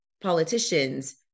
politicians